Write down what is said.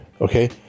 Okay